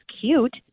cute